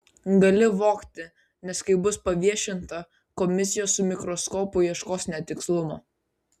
gali vogti nes kai bus paviešinta komisijos su mikroskopu ieškos netikslumo